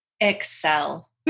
Excel